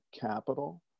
capital